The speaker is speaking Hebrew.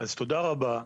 אז תודה רבה,